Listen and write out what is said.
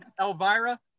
Elvira